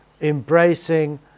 embracing